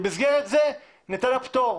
במסגרת זה ניתן הפטור.